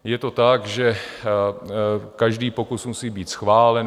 Je to tak, že každý pokus musí být schválen.